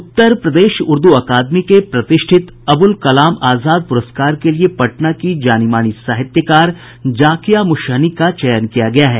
उत्तर प्रदेश उर्दू अकादमी के प्रतिष्ठित अब्रल कलाम आजाद प्रस्कार के लिए पटना की जानी मानी साहित्यकार जाकिया मुशहनी का चयन किया गया है